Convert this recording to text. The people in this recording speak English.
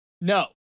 No